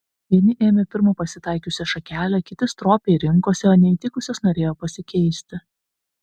vieni ėmė pirmą pasitaikiusią šakelę kiti stropiai rinkosi o neįtikusias norėjo pasikeisti